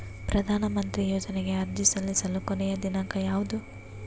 ಪ್ರಧಾನ ಮಂತ್ರಿ ಯೋಜನೆಗೆ ಅರ್ಜಿ ಸಲ್ಲಿಸಲು ಕೊನೆಯ ದಿನಾಂಕ ಯಾವದು?